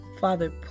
Father